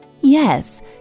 Yes